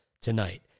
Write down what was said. tonight